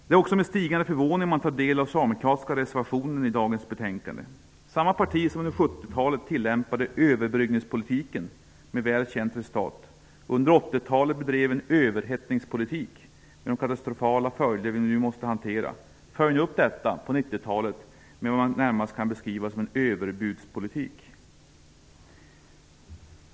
Det är med stigande förvåning man tar del av de socialdemokratiska reservationerna till detta betänkande. Samma parti som under 70-talet tillämpade överbryggningspolitiken, med väl känt resultat, och under 80-talet bedrev en överhettningspolitik, med de katastrofala följder vi nu måste hantera, följer nu på 90-talet upp detta med något som närmast kan beskrivas som en överbudspolitik.